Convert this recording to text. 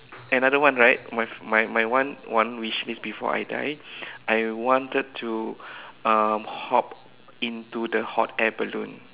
another one right my my one one wish before I die I wanted to um hop into the hot air balloon